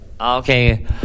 Okay